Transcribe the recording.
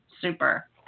Super